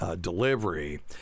delivery